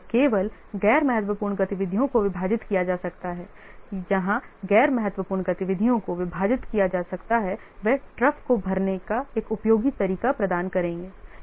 तो केवल गैर महत्वपूर्ण गतिविधियों को विभाजित किया जा सकता है जहां गैर महत्वपूर्ण गतिविधियों को विभाजित किया जा सकता है वे troughs को भरने का एक उपयोगी तरीका प्रदान करेंगे